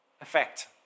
Effect